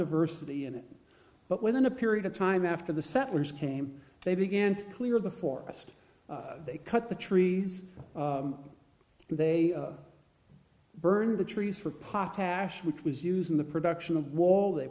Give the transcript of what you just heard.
diversity in it but within a period of time after the settlers came they began to clear the forest they cut the trees they burned the trees for potash which was used in the production of wall they